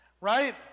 right